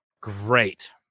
great